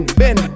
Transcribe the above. ben